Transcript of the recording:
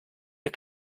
der